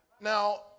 Now